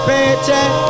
Paycheck